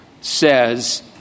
says